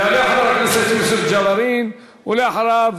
יעלה חבר הכנסת יוסף ג'בארין, ולאחריו,